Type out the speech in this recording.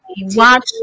watch